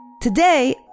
Today